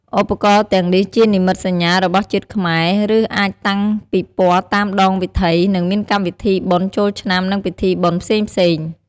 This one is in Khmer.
ឧបករណ៍ទាំងនេះជានិមិត្តសញ្ញារបស់ជាតិខ្មែរឬអាចតាំងពិព័រតាមដងវិធីនិងមានកម្មវិធីបុណ្យចូលឆ្នាំនិងពិធីបុណ្យផ្សេងៗ។